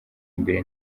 imbere